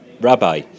Rabbi